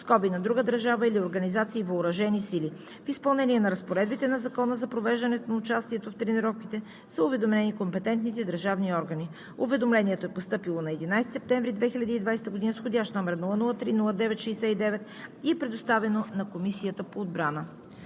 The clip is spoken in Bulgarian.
други (на друга държава или организация) въоръжени сили. В изпълнение на разпоредбите на Закона за провеждането и участието в тренировките са уведомени компетентните държавни органи. Уведомлението е постъпило на 11 септември 2020 г. с входящ № 003-09-69 и е предоставено на Комисията по отбрана.